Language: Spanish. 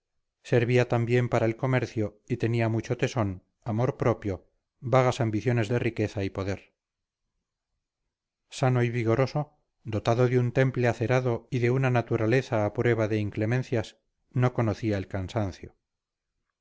servía también para el comercio y tenía mucho tesón amor propio vagas ambiciones de riqueza y poder sano y vigoroso dotado de un temple acerado y de una naturaleza a prueba de inclemencias no conocía el cansancio